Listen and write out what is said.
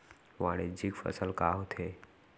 वाणिज्यिक फसल का होथे?